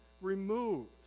removed